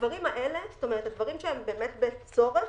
הדברים האלה, שהם באמת בצורך,